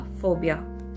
Phobia